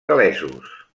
gal·lesos